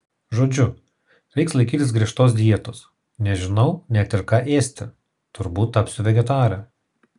žodžiu reiks laikytis griežtos dietos nežinau net ir ką ėsti turbūt tapsiu vegetare